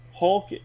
Hulk